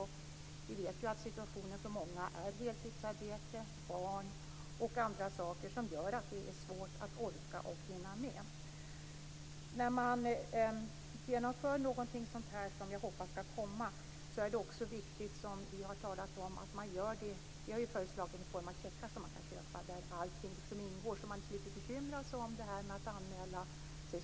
Vi vet ju att situationen för många är heltidsarbete, barn och annat som gör att det är svårt att orka och hinna med. När man genomför något sådant här, som jag hoppas skall komma, är det också viktigt att man gör det enkelt för gamla människor att kunna köpa en sådan här tjänst. Det får inte bli så krångligt.